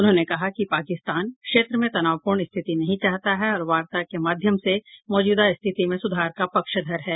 उन्होंने कहा कि पाकिस्तान क्षेत्र में तनावपूर्ण स्थिति नहीं चाहता है और वार्ता के माध्यम से मौजूदा स्थिति में सुधार का पक्षधर है